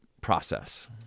process